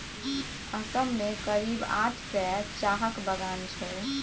असम मे करीब आठ सय चाहक बगान छै